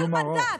של מנדט.